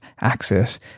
access